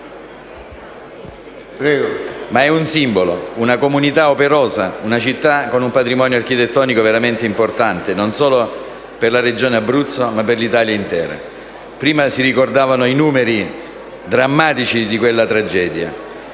ma è un simbolo, una comunità operosa, una città con un patrimonio architettonico veramente importante, non solo per la Regione Abruzzo, ma per l'Italia intera. Prima si ricordavano i numeri drammatici di quella tragedia